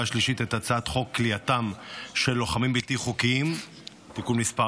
השלישית את הצעת חוק כליאתם של לוחמים בלתי חוקיים (תיקון מס'